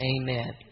Amen